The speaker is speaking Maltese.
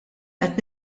qed